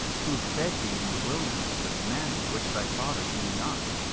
who fed thee in the wilderness with manna, which thy fathers knew not,